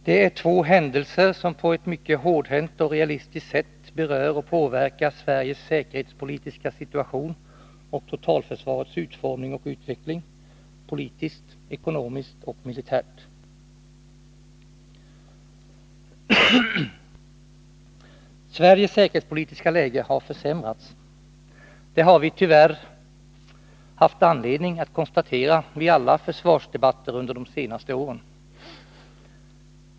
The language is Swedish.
Det är två händelser som på ett mycket hårdhänt och realistiskt sätt berör och påverkar Sveriges säkerhetspolitiska situation och totalförsvarets utformning och utveckling, politiskt, ekonomiskt och militärt. Sveriges säkerhetspolitiska läge har försämrats. Det har vi tyvärr haft anledning att konstatera vid alla försvarsdebatter under de senaste åren.